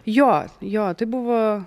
jo jo tai buvo